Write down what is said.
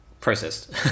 processed